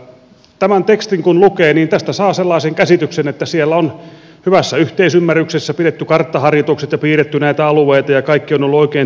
kun tämän tekstin lukee niin tästä saa sellaisen käsityksen että siellä on hyvässä yhteisymmärryksessä pidetty karttaharjoitukset ja piirretty näitä alueita ja kaikki ovat olleet oikein tyytyväisiä